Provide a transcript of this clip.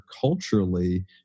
culturally